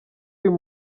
uyu